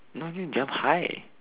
not mean jump high